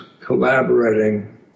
collaborating